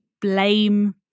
blame